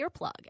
earplug